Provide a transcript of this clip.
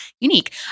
unique